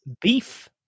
Beef